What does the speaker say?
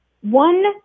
One